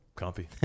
comfy